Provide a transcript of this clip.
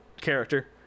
character